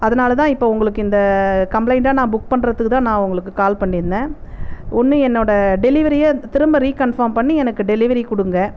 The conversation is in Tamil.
அதனாலதான் இப்போ உங்களுக்கு இந்த கம்ப்ளைண்ட்டை நான் புக் பண்ணுறதுக்குதான் நான் உங்களுக்கு கால் பண்ணியிருந்தேன் ஒன்று என்னோட டெலிவரியை திரும்ப ரீகன்ஃபார்ம் பண்ணி எனக்கு டெலிவரி கொடுங்க